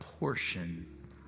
portion